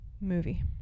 movie